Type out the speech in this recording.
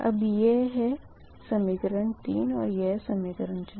अब यह है समीकरण 3 और यह है समीकरण 4